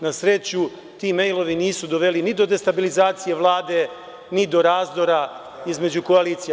Na sreću ti mejlovi nisu doveli ni do destabilizacije Vlade, ni do razdora između koalicija.